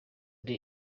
the